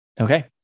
Okay